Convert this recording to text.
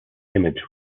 image